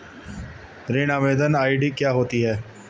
ऋण आवेदन आई.डी क्या होती है?